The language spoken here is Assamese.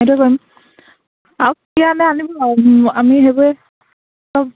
সেইটোৱে কৰিম আৰু